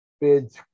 bids